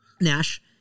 Nash